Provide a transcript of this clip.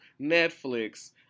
Netflix